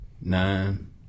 Nine